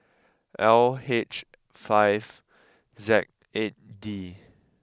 L H five Z eight D